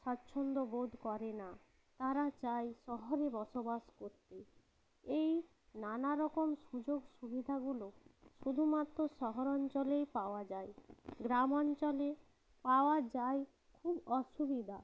স্বাচ্ছন্দ্য বোধ করে না তারা চায় শহরে বসবাস করতে এই নানা রকম সুযোগ সুবিধাগুলো শুধুমাত্র শহরাঞ্চলেই পাওয়া যায় গ্রাম অঞ্চলে পাওয়া যায় খুব অসুবিধা